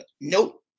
nope